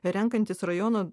renkantis rajono